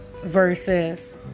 versus